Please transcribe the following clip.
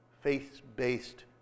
faith-based